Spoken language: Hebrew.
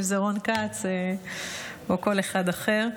אם זה רון כץ או כל אחד אחר.